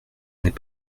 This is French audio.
n’est